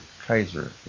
Kaiser